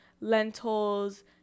lentils